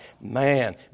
man